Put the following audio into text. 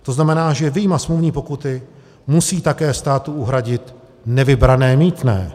To znamená, že vyjma smluvní pokuty musí také státu uhradit nevybrané mýtné.